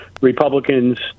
Republicans